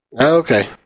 okay